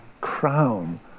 crown